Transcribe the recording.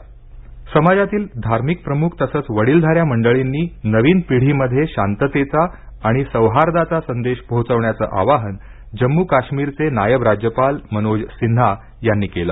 जम्म काश्मीर समाजातील धार्मिक प्रमुख तसच वडीलधाऱ्या मंडळींनी नवीन पिढी मध्ये शांततेचा आणि सौहार्दाचा संदेश पोहोचविण्याचं आवाहन जम्मू काश्मीरचे नायब राज्यपाल मनोज सिन्हा यांनी केलं